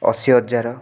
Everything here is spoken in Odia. ଅଶୀ ହଜାର